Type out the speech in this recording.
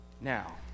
Now